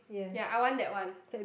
ya I want that one